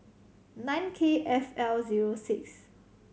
nine K F L zero six